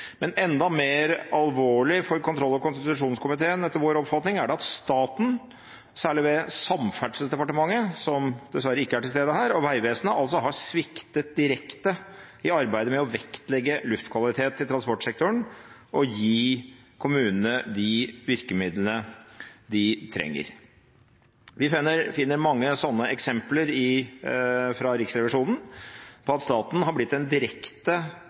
Men enda mer alvorlig er det etter kontroll- og konstitusjonskomiteens oppfatning at staten, særlig ved Samferdselsdepartementet, som dessverre ikke er til stede her, og Vegvesenet har sviktet direkte i arbeidet med å vektlegge luftkvalitet i transportsektoren og gi kommunene de virkemidlene de trenger. Vi finner mange sånne eksempler fra Riksrevisjonen på at staten har blitt en direkte